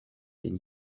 den